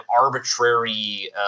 arbitrary